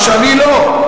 מה שאני לא,